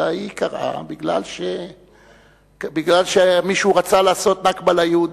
אלא היא קרתה בגלל שמישהו רצה לעשות "נכבה" ליהודים.